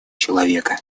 человека